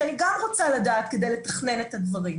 כי אני גם רוצה לדעת כדי לתכנן את הדברים,